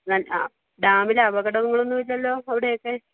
എന്നാ ഡാ ഡാമിൽ അപകടങ്ങളൊന്നുമില്ലല്ലോ അവിടെയൊക്കെ